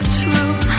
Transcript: true